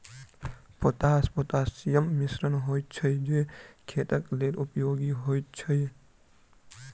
potash पोटासियमक मिश्रण होइत छै जे खेतक लेल उपयोगी होइत अछि